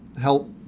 help